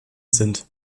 sind